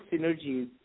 synergies